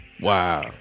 Wow